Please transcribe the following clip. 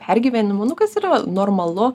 pergyvenimų nu kas yra normalu